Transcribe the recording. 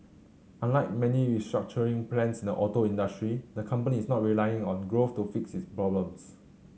unlike many restructuring plans in the auto industry the company is not relying on growth to fix its problems